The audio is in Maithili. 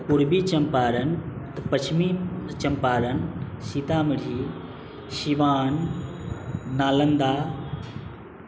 पूर्वी चम्पारण पश्चिमी चम्पारण सीतामढ़ी सीवान नालन्दा